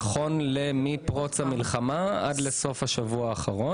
נכון מפרוץ המלחמה ועד סוף השבוע האחרון.